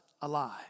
alive